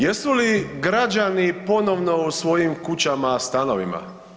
Jesu li građani ponovno u svojim kućama, stanovima?